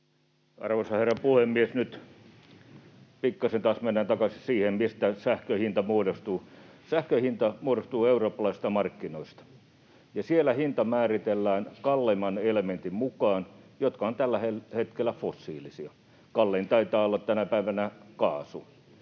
Arvoisa herra puhemies! Nyt pikkasen taas mennään takaisin siihen, mistä sähkön hinta muodostuu. Sähkön hinta muodostuu eurooppalaisista markkinoista, ja siellä hinta määritellään kalleimman elementin mukaan, joka on tällä hetkellä fossiilista. Kallein taitaa olla tänä päivänä kaasu.